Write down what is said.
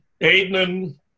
Aiden